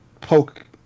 poke